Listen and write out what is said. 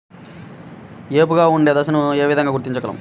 ఏపుగా ఉండే దశను ఏ విధంగా గుర్తించగలం?